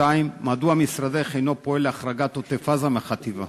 2. מדוע משרדך איננו פועל להחרגת עוטף-עזה מהחטיבה?